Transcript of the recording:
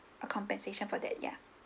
a compensation for that ya